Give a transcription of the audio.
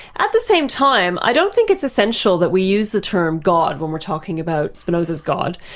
at the same time, i don't think it's essential that we use the term god when we're talking about spinoza's god.